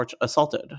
assaulted